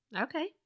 Okay